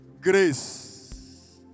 Grace